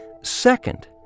Second